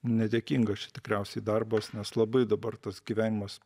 nedėkingas čia tikriausiai darbas nes labai dabar tas gyvenimas